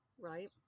right